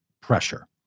pressure